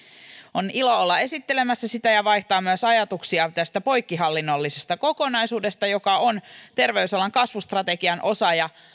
on ilo olla esittelemässä sitä ja vaihtaa myös ajatuksia tästä poikkihallinnollisesta kokonaisuudesta joka on terveysalan kasvustrategian osa ja